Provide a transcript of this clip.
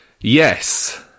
Yes